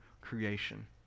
creation